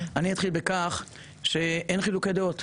אתחיל בכך שאין חילוקי דעות,